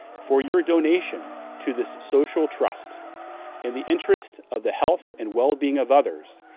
for your donation to this social trust in the interest of the health and wellbeing of others,